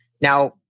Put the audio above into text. Now